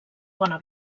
bona